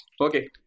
Okay